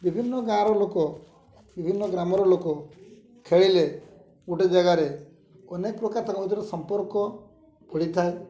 ବିଭିନ୍ନ ଗାଁର ଲୋକ ବିଭିନ୍ନ ଗ୍ରାମର ଲୋକ ଖେଳିଲେ ଗୋଟେ ଜାଗାରେ ଅନେକ ପ୍ରକାର ତାଙ୍କର ସମ୍ପର୍କ ବଢ଼ି ଥାଏ